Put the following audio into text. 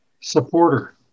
supporter